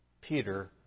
Peter